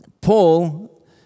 Paul